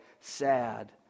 sad